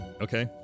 Okay